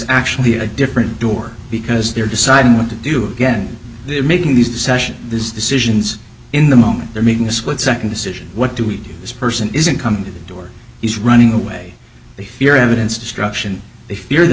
actually a different door because they're deciding what to do again they're making these decisions these decisions in the moment they're making a split second decision what do we do this person isn't coming to the door he's running away they fear evidence destruction they fear th